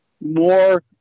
more